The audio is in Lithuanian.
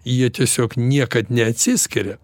jie tiesiog niekad neatsiskiria